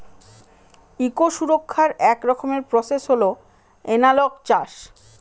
eco সুরক্ষার এক রকমের প্রসেস হল এনালগ চাষ